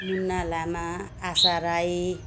Munna Lama Asha Rai